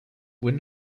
were